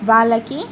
వాళ్ళకి